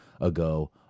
ago